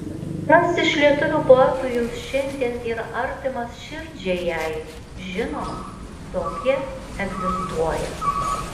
kas iš lietuvių poetų jums šiandien yra artimas širdžiai jei žinoma tokie egzistuoja